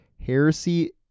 heresy